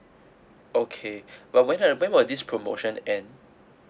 okay but when uh when was this promotion end